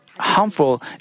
harmful